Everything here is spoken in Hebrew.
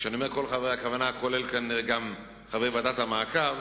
בהם כנראה גם חברי ועדת המעקב,